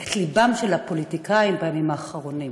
את לבם של הפוליטיקאים בימים האחרונים